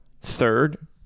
Third